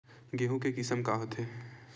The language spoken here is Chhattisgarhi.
गेहूं के किसम के होथे?